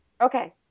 Okay